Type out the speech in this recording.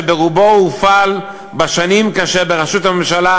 שברובו הופעל בשנים שבהן בראשות הממשלה